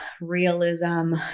realism